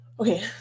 Okay